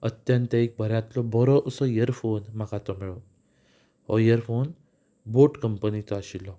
अत्यंत एक बऱ्यांतलो बरो असो इयरफोन म्हाका तो मेळ्ळो हो इयरफोन बोट कंपनीचो आशिल्लो